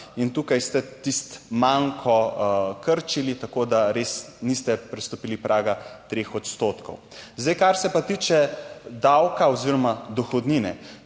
In tukaj ste tisti manko krčili, tako da res niste prestopili praga 3 odstotkov. Zdaj, kar se pa tiče davka oziroma dohodnine.